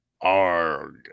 Arg